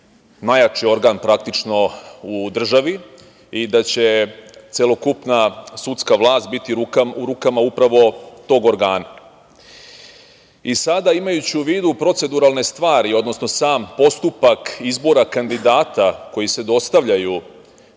najjači organ praktično u državi i da će celokupna sudska vlast biti u rukama upravo tog organa. Sada, imajući u vidu proceduralne stvari, odnosno sam postupak izbora kandidata koji se dostavljaju